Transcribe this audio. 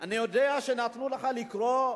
אני יודע שנתנו לך לקרוא,